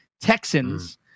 texans